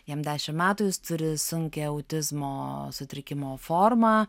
jam dešim metų jis turi sunkią autizmo sutrikimo formą